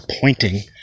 pointing